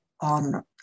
on